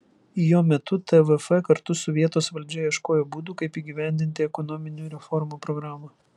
jo metu tvf kartu su vietos valdžia ieškojo būdų kaip įgyvendinti ekonominių reformų programą